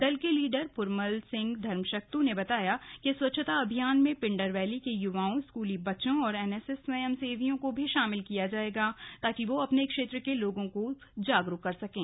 दल के लीडर पुरमल सिंह धर्मशक्तू ने बताया कि स्वच्छता अभियान में पिंडर वैली के युवाओं स्कूली बच्चों और एनएसएस स्वयंसेवियों को भी शामिल किया जाएगा ताकि वो अपने क्षेत्र के लोगों को जागरूक कर सकें